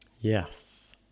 yes